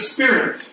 Spirit